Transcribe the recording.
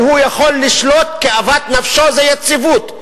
זה שהוא יכול לשלוט כאוות נפשו, זה יציבות.